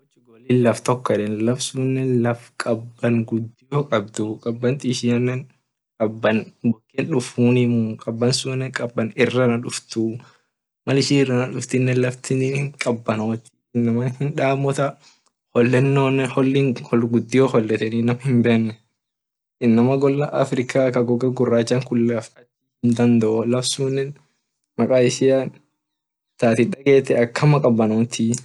Portugal laf tok yedeni laf tunne laf kaban gudio kabduu kaban ishiane kaban irana duftuu mal ishin iran duftinne laftin hinkabanotii inama hindamota holennone inama lila holetaa inama goga guracha kaa gola africa hindadoo laf sunne makaishia akama kabanotii.